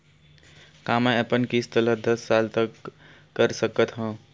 का मैं अपन किस्त ला दस साल तक कर सकत हव?